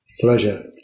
Pleasure